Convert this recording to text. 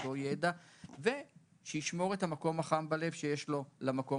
באותו ידע וישמור את המקום החם בלב שיש לו אלינו,